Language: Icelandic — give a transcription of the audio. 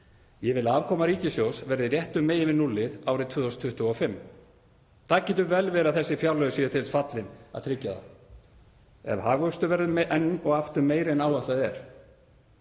Ég vil að afkoma ríkissjóðs verði réttum megin við núllið árið 2025. Það getur vel verið að þessi fjárlög séu til þess fallin að tryggja það ef hagvöxtur verður enn og aftur meiri en áætlað er.